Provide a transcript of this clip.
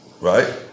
right